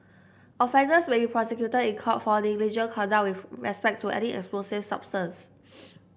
offenders may be prosecuted in court for negligent conduct with respect to any explosive substance